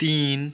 तिन